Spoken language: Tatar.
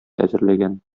әзерләгән